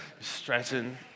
stretching